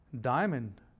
Diamond